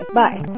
bye